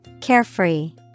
Carefree